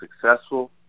successful